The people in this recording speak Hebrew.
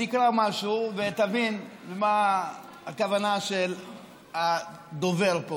אני אקרא משהו ותבין מה הכוונה של הדובר פה,